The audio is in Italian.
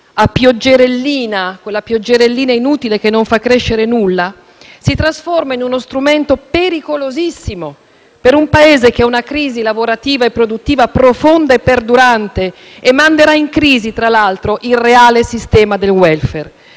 a pioggerellina, quella pioggerellina inutile che non fa crescere nulla. Esso si trasforma così in uno strumento pericolosissimo per un Paese che ha una crisi lavorativa e produttiva profonda e perdurante; strumento che manderà in crisi, tra l'altro, il reale sistema del *welfare*.